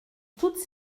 toutes